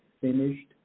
finished